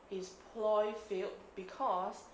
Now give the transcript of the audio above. his ploy failed because